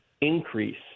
increase